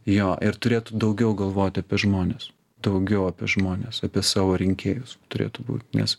jo ir turėtų daugiau galvoti apie žmones daugiau apie žmones apie savo rinkėjus turėtų būt nes